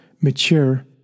mature